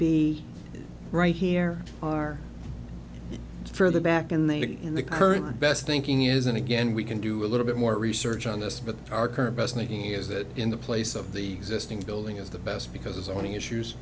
be right here are further back in the in the current best thinking is and again we can do a little bit more research on this but our current best thinking is that in the place of the existing building is the best because on any issues